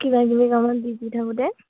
কিবা কিবি কামত বিজি থাকোঁতে